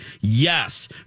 yes